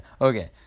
okay